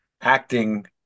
Acting